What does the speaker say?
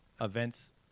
events